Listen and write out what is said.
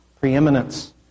preeminence